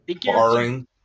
Barring